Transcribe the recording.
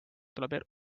tuleb